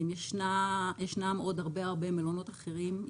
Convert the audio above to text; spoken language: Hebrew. ישנם עוד הרבה מאוד מלונות אחרים.